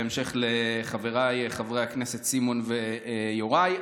בהמשך לחבריי חברי הכנסת סימון ויוראי,